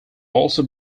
also